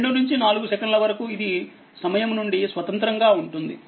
2 నుంచి 4 సెకన్ల వరకు ఇది సమయం నుండి స్వతంత్రంగా ఉంటుంది